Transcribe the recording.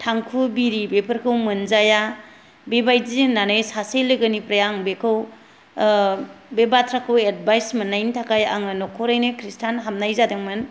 थांखु बिरि बेफोरखौ मोनजाया बेबादि होननानै सासे लोगोनिफ्राय आं बेखौ बे बाथ्राखौ एडभाइस मोननायनि थाखाय आङो नखरैनो ख्रिष्टान हाबनाय जादोंमोन